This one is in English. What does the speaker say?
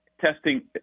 testing